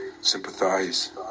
sympathize